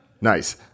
Nice